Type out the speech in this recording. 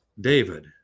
David